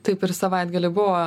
taip ir savaitgalį buvo